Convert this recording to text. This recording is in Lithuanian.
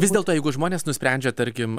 vis dėlto jeigu žmonės nusprendžia tarkim